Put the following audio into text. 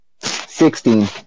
Sixteen